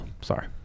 sorry